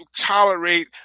tolerate